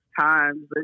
times